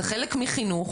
זה חלק מחינוך,